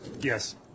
Yes